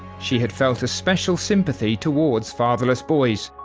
she had felt a special sympathy towards fatherless boys,